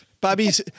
Bobby's